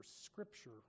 scripture